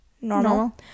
normal